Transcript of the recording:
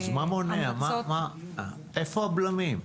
אז איפה הבלמים?